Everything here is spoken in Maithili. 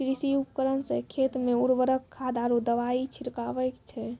कृषि उपकरण सें खेत मे उर्वरक खाद आरु दवाई छिड़कावै छै